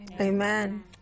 Amen